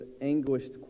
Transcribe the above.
anguished